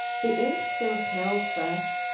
the ink still smells fresh,